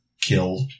killed